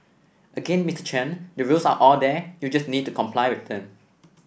again Mister Chen the rules are all there you just need to comply with them